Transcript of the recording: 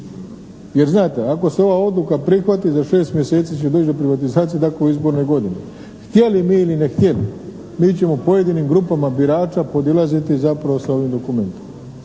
Jer znate ako se ova odluka prihvati, za šest mjeseci će doći do privatizacije …/Govornik se ne razumije./…, htjeli mi ili ne htjeli, mi ćemo pojedinim grupama birača podilaziti zapravo s ovim dokumentom.